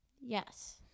Yes